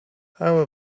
how